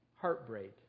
Heartbreak